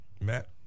Matt